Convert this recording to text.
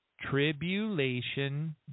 tribulation